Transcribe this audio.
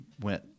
went